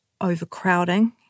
overcrowding